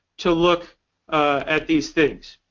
to look at these things.